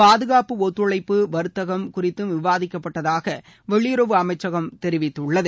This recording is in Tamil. பாதுகாப்பு ஒத்துழைப்பு வர்த்தகம் குறித்தும் விவாதிக்கப்பட்டதாக வெளியுறவு அமைச்சகம் தெரிவித்துள்ளது